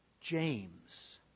James